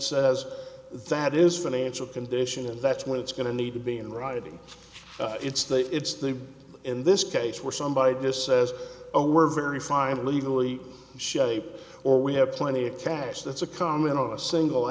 says that is financial condition and that's when it's going to need to be in writing it's the it's the in this case where somebody just says oh we're very fine legally shape or we have plenty of cash that's a coming of a single